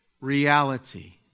reality